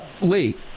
Lee